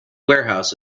warehouse